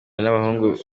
n’abahungu